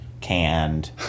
canned